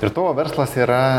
ir tavo verslas yra